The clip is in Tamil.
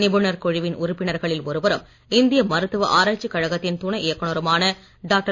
நிபுணர் குழுவின் உறுப்பினர்களில் ஒருவரும் இந்திய மருத்துவ ஆராய்ச்சிக் கழகத்தின் துணை இயக்குனருமான டாக்டர்